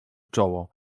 czoło